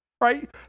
right